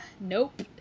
Nope